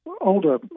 older